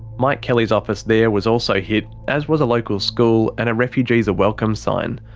mike kelly's office there was also hit, as was a local school and a refugees are welcome sign.